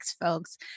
folks